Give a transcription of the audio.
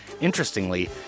Interestingly